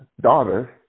daughter